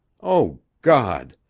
o god!